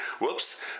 Whoops